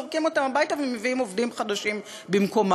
זורקים אותם הביתה ומביאים עובדים חדשים במקומם.